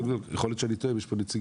יכול להיות שאני טועה ואם יש כאן נציג